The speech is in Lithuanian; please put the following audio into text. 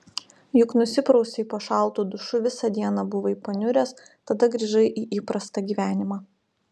juk nusiprausei po šaltu dušu visą dieną buvai paniuręs tada grįžai į įprastą gyvenimą